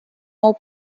more